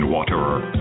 Waterer